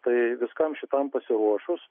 tai viskam šitam pasiruošus